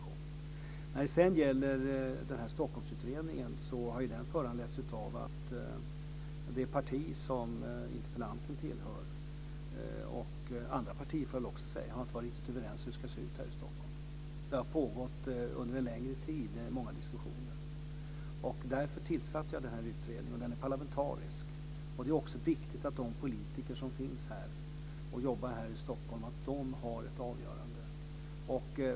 När det sedan gäller Stockholmsutredningen har ju den föranletts av att det parti som interpellanten tillhör och andra partier inte har varit riktigt överens om hur det ska se ut här i Stockholm. Det har pågått många diskussioner under en längre tid, och därför tillsatte jag den här utredningen som är parlamentarisk. Det är också viktigt att de politiker som finns och jobbar här i Stockholm har ett avgörande inflytande.